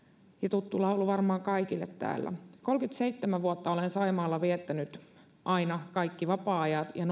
tuttu laulu varmaan kaikille täällä kolmekymmentäseitsemän vuotta olen saimaalla viettänyt aina kaikki vapaa ajat ja